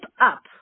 up